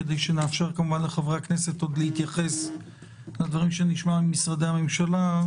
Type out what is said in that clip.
כדי שנאפשר לחברי הכנסת להתייחס לדברים שנשמע ממשרדי הממשלה,